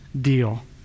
deal